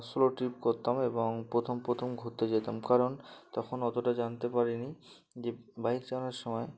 solo trip করতাম এবং প্রথম প্রথম ঘুরতে যেতাম কারণ তখন অতটা জানতে পারিনি যে বাইক চালানোর সময়